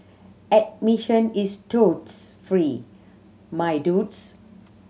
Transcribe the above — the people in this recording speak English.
admission is totes free my dudes